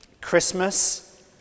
Christmas